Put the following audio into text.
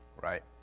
Right